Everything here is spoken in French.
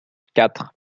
quatre